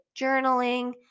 journaling